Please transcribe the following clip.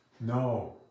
No